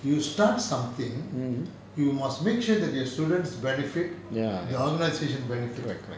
you start something you must make sure that your students benefit the organisation benefit